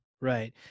right